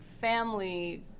family